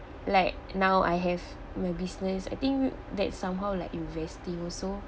like now I have my business I think that's somehow like investing also